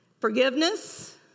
Forgiveness